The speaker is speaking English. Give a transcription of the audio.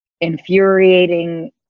infuriating